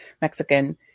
Mexican